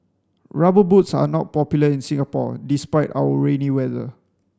rubber boots are not popular in Singapore despite our rainy weather